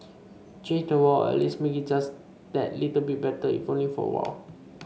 change the world or at least make it just that little bit better if only for a while